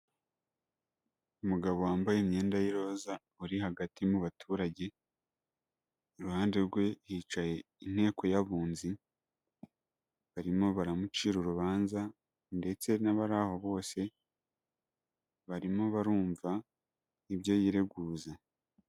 Umugabo wambaye imyenda y'iroza, uri hagati mu baturage, iruhande rwe yicaye inteko y'abunzi, barimo baramucira urubanza, ndetse n'abariraho bose barimo barumva, ibyo yireguza.